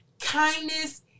Kindness